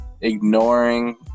ignoring